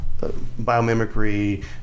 biomimicry